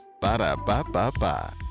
Ba-da-ba-ba-ba